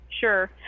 Sure